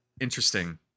interesting